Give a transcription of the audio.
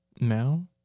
Now